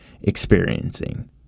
experiencing